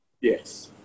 Yes